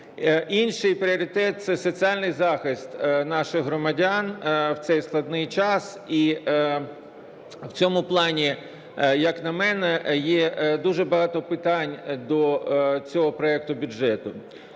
Інший пріоритет – це соціальний захист наших громадян в цей складний час. І в цьому плані, як на мене, є дуже багато питань до цього проекту бюджету.